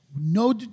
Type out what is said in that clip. No